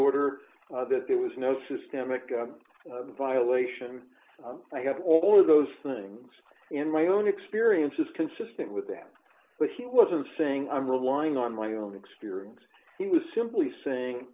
order that there was no systemic violation i got all of those things in my own experience is consistent with them but he wasn't saying i'm relying on my own experience he was simply saying